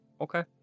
Okay